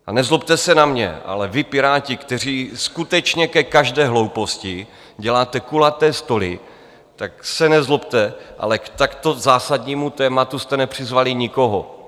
A nezlobte se na mě, ale vy, Piráti, kteří skutečně ke každé hlouposti děláte kulaté stoly, tak se nezlobte, ale k takto zásadnímu tématu jste nepřizvali nikoho.